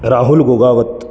Rahul Gogawat